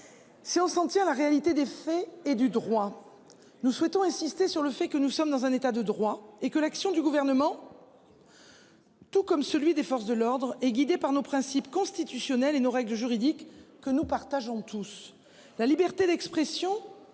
Si on s'en tient la réalité des faits et du droit. Nous souhaitons insister sur le fait que nous sommes dans un état de droit et que l'action du gouvernement. Tout comme celui des forces de l'ordre et guidés par nos principes constitutionnels et nos règles juridiques que nous partageons tous la liberté d'expression.